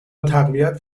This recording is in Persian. تقویت